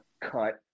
cut